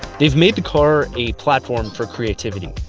they've made the car a platform for creativity.